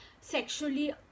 sexually